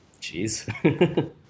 Jeez